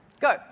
Go